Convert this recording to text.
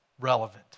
relevant